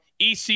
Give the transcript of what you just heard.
EC